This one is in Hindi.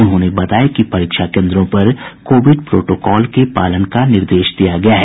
उन्होंने बताया कि परीक्षा केन्द्रों पर कोविड प्रोटोकॉल के पालन का निर्देश दिया गया है